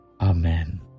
Amen